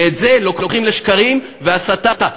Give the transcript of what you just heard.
ואת זה לוקחים לשקרים והסתה.